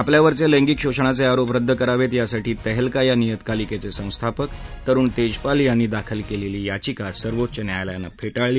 आपल्यावरच लैंगिक शोषणाच आरोप रद्द करावतयासाठी तहस्क्रिा या नियतकालिक्ख सेस्थापक तरुण तत्त्पाल यांनी दाखल कलिली याचिका सर्वोच्च न्यायालयानं फ्विळली